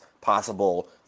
possible